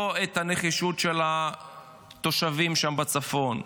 לא את הנחישות של התושבים שם בצפון,